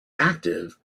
active